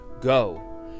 Go